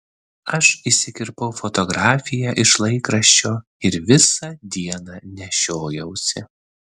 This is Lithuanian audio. aš išsikirpau fotografiją iš laikraščio ir visą dieną nešiojausi